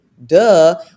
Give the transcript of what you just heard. Duh